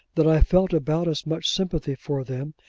that i felt about as much sympathy for them,